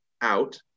Out